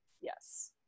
Yes